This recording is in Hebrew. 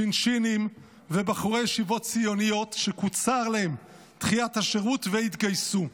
שינשינים ובחורי ישיבות ציוניות שקוצרה להם דחיית השירות והם התגייסו.